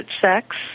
sex